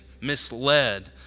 misled